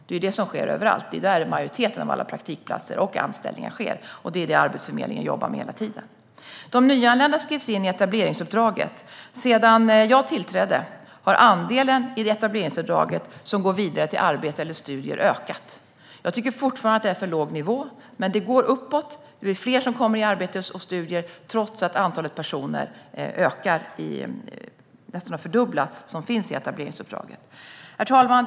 Det är det som sker överallt; det är där majoriteten av alla praktikplatser och anställningar sker, och det är det Arbetsförmedlingen jobbar med hela tiden. De nyanlända skrivs in i etableringsuppdraget. Sedan jag tillträdde har andelen i etableringsuppdraget som går vidare till arbete eller studier ökat. Jag tycker fortfarande att nivån är för låg, men det går uppåt. Det blir fler som kommer i arbete och studier trots att antalet personer som finns i etableringsuppdraget ökar och nästan har fördubblats. Herr talman!